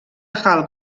hall